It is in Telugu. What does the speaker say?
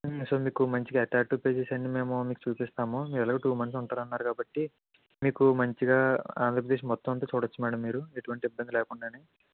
సో మీకు మంచిగా అట్ట్రాక్టీవ్ ప్లేసెస్ అన్ని మేము మీకు చుపిస్తాము మీరు ఎలాగో టూ మంత్స్ ఉంటారన్నారు కాబట్టి మీకు మంచిగా ఆంధ్రప్రదేశ్ మొత్తం అంత చూడచ్చు మేడం మీరు ఎటువంటి ఇబ్బంది లేకుండా